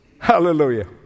Hallelujah